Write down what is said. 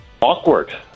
awkward